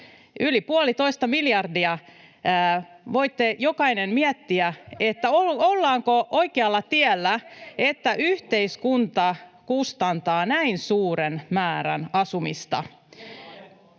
yli puolitoista miljardia. Voitte jokainen miettiä, ollaanko oikealla tiellä, kun yhteiskunta kustantaa näin suuren määrän asumista.